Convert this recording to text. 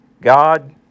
God